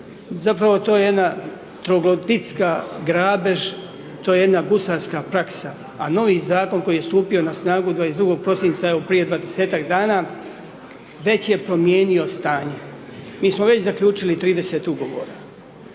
Zapravo, to je jedna .../nerazumljivo/... grabež, to je jedna gusarska praksa. Novi zakon koji je stupio na snagu 22. prosincu, evo prije 20-ak dana, već je promijenio stanje. Mi smo već zaključili 30 ugovora.